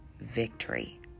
victory